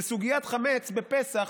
לסוגיית החמץ בפסח,